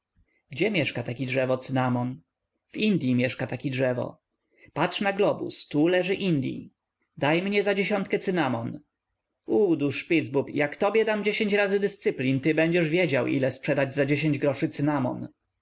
gdzie mieszka taki drzewo cynamon w indyi mieszka taki drzewo patrz na globus tu leży indyi daj mnie za dziesiątkę cynamon o du spitzbub jak tobie dam dziesięć raz dyscyplin ty będziesz wiedział ile sprzedać za dziesięć groszy cynamon